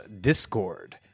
Discord